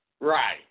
Right